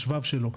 בשבב שלו.